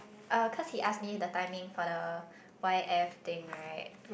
oh cause he asked me the timing for the Y_F thing right